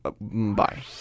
Bye